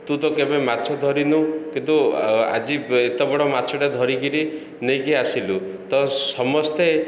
ତୁ ତ କେବେ ମାଛ ଧରିନୁ କିନ୍ତୁ ଆଜି ଏତେ ବଡ଼ ମାଛଟା ଧରିକିରି ନେଇକି ଆସିଲୁ ତ ସମସ୍ତେ